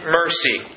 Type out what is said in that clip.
mercy